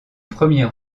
premier